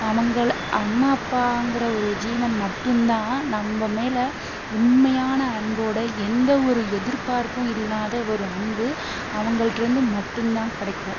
அவங்களை அம்மா அப்பாங்கிற ஒரு ஜீவன் மட்டுந்தான் நம்ப மேலே உண்மையான அன்போட எந்தவொரு எதிர்பார்ப்பும் இல்லாத ஒரு அன்பு அவங்கள்கிட்ட இருந்து மட்டுந்தான் கிடைக்கும்